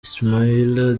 ismaila